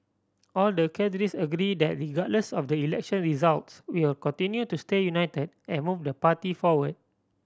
all the cadres agree that regardless of the election results we'll continue to stay united and move the party forward